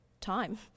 time